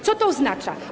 Co to oznacza?